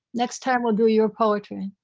next time we'll do your poetry.